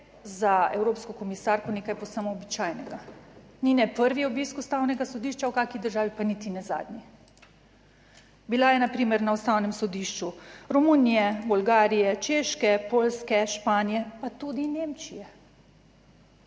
za evropsko komisarko nekaj povsem običajnega, ni ne prvi obisk Ustavnega sodišča v kakšni državi, pa niti ne zadnji. Bila je na primer na Ustavnem sodišču Romunije, Bolgarije, Češke, Poljske, Španije pa tudi Nemčije.